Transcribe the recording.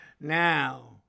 Now